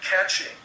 catching